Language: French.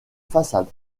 façade